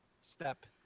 step